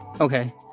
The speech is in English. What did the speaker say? Okay